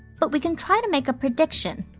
but we can try to make a prediction.